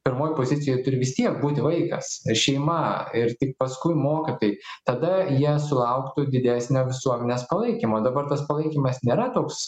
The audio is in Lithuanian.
pirmoj pozicijoj turi vis tiek būti vaikas šeima ir tik paskui mokytojai tada jie sulauktų didesnio visuomenės palaikymo dabar tas palaikymas nėra toks